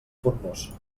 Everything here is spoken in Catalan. formós